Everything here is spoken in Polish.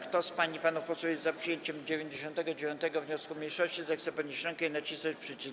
Kto z pań i panów posłów jest za przyjęciem 99. wniosku mniejszości, zechce podnieść rękę i nacisnąć przycisk.